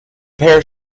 pair